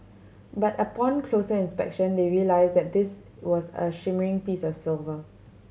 but upon closer inspection they realised that this was a shimmering piece of silver